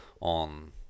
on